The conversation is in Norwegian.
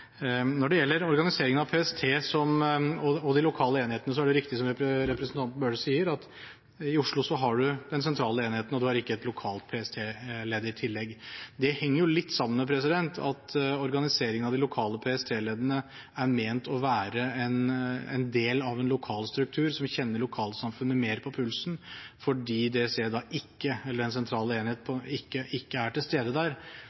Når det gjelder organiseringen av PST og de lokale enhetene, er det riktig som representanten Bøhler sier, at i Oslo har man den sentrale enheten. Man har ikke et lokalt PST-ledd i tillegg. Det henger litt sammen med at organiseringen av de lokale PST-leddene er ment å være en del av en lokal struktur, som kjenner lokalsamfunnet mer på pulsen, fordi den sentrale enheten ikke er til stede der. Mens i hovedstaden og i Oslo politidistrikt er den sentrale enheten til stede